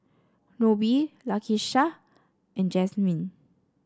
Nobie Lakesha and Jazmyn